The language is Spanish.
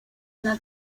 una